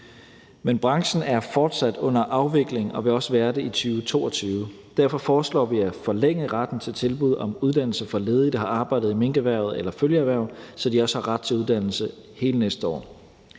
Men branchen er fortsat under afvikling og vil også være det i 2022. Derfor foreslår vi at forlænge retten til tilbud om uddannelse for ledige, der har arbejdet i minkerhvervet eller følgeerhverv, så de også har ret til uddannelse hele næste år.